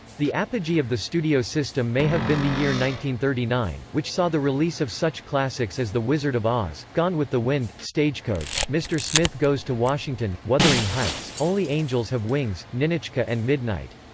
the apogee of the studio system may have been the year thirty nine, which saw the release of such classics as the wizard of oz, gone with the wind, stagecoach, mr. smith goes to washington, wuthering heights, only angels have wings, ninotchka and midnight.